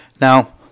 Now